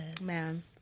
Man